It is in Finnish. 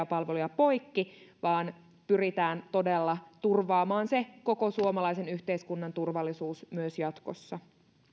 palveluja poikki vaan pyritään todella turvaamaan se koko suomalaisen yhteiskunnan turvallisuus myös jatkossa